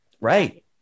right